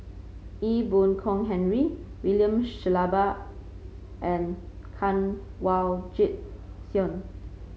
Ee Boon Kong Henry William Shellabear and Kanwaljit Soin